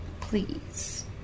Please